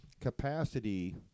capacity